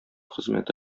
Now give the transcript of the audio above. хезмәте